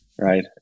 right